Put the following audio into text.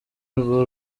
rwa